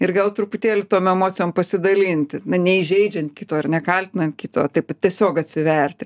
ir gal truputėlį tom emocijom pasidalinti na neįžeidžiant kito ir nekaltinant kito taip tiesiog atsiverti